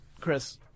Chris